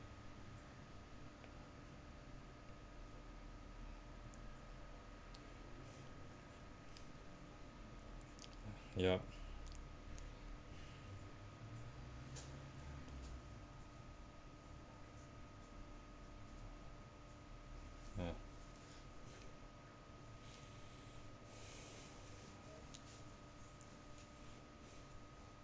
ya